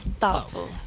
Thoughtful